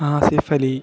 Asif Ali